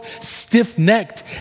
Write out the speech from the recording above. stiff-necked